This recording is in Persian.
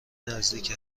نزدیک